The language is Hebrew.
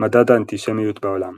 מדד האנטישמיות בעולם